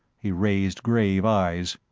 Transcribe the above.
he raised grave eyes.